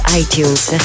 iTunes